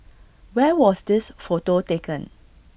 where was this photo taken